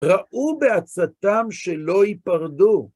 ראו בעצתם שלא ייפרדו.